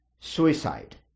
suicide